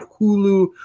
Hulu